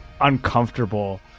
uncomfortable